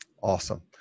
awesome